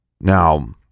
Now